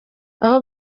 aho